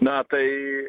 na tai